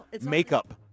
makeup